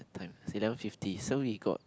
time it's eleven fifty so we got